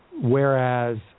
whereas